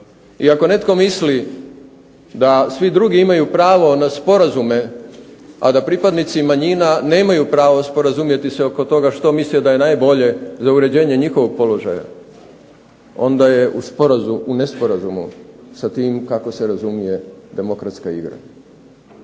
i ako netko misli da svi drugi imaju pravo na sporazume, a da pripadnici manjina nemaju pravo sporazumjeti se oko toga što misle da je najbolje za uređenje njihovog položaja onda je u nesporazumu sa tim kako se razumije demokratska igra.